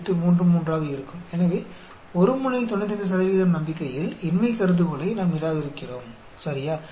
833 ஆக இருக்கும் எனவே 1 முனை 95 நம்பிக்கையில் இன்மை கருதுகோளை நாம் நிராகரிக்கிறோம் சரியா